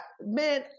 man